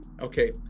Okay